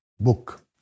book